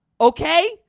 okay